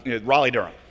Raleigh-Durham